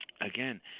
again